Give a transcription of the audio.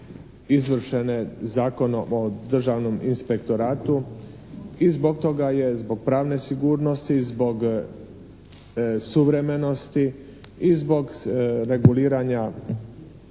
izvršene Zakonom o Državnom inspektoratu i zbog toga je zbog pravne sigurnosti, zbog suvremenosti i zbog reguliranja